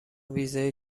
ویزای